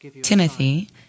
Timothy